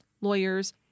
lawyers